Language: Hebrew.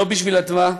לא בשביל אדווה,